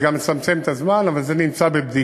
נכון שזה גם מצמצם את הזמן, אבל זה נמצא בבדיקה,